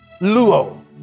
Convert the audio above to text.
Luo